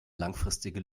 langfristige